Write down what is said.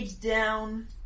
down